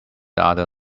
other